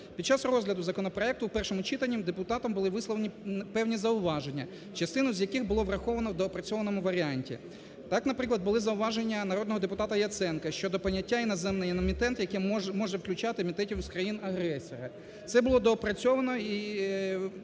Під час розгляду законопроекту в першому читанні депутатом були висловлені певні зауваження, частину з яких було враховано в доопрацьованому варіанті. Так, наприклад, були зауваження народного депутата Яценка щодо поняття "іноземний емітент", який може включати емітентів з країни-агресора. Це було доопрацьовано і пропозиція